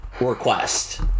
request